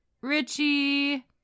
Richie